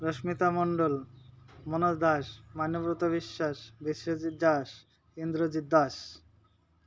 Rashmita Mondal Manoj Das Manyabrata Biswas Biswajit Das Indrajit Das